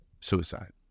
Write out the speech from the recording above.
suicide